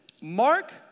Mark